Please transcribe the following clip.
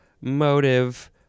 motive